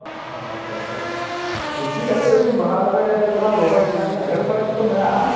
ᱦᱳᱭ ᱦᱳᱭ ᱵᱮᱥᱤ ᱠᱟᱛᱮᱫ ᱦᱚᱸᱞᱤᱧ ᱵᱟᱦᱟ ᱫᱟᱨᱮ ᱫᱚᱞᱟᱝ ᱨᱚᱦᱚᱭ ᱥᱟᱱᱟᱭᱮᱫ ᱞᱟᱝᱟ ᱰᱷᱮᱹᱨ ᱫᱷᱟᱨᱟ ᱜᱮᱛᱚ ᱢᱮᱱᱟᱜᱼᱟ